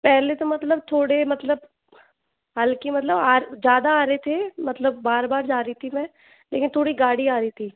पहले तो मतलब थोड़े मतलब हल्की मतलब ज्यादा आ रहे थे मतलब बार बार जा रही थीं मैं लेकिन थोड़ी गाढ़ी आ रही थी